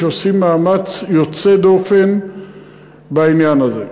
שעושים מאמץ יוצא דופן בעניין הזה.